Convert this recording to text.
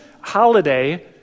holiday